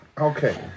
Okay